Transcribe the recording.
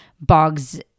bogs